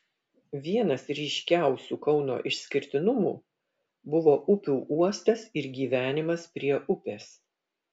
vienas ryškiausių kauno išskirtinumų buvo upių uostas ir gyvenimas prie upės